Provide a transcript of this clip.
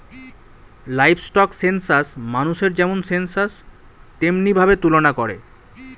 livestock census মানুষের যেমন census তেমনি ভাবে তুলনা করে